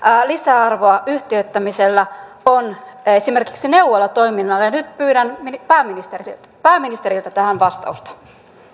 lisäarvoa yhtiöittämisellä on esimerkiksi neuvolatoiminnalle ja nyt pyydän pääministeriltä pääministeriltä tähän vastausta